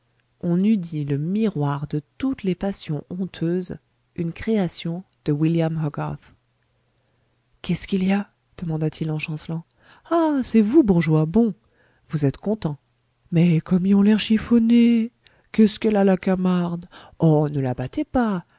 on eût dit le miroir de toutes les passions honteuses une création de william hogarth qu'est-ce qu'il y a demanda-t-il en chancelant ah c'est vous bourgeois bon vous êtes content mais comme y ont l'air chiffonné qu'est-ce qu'elle a la camarde oh ne la battez pas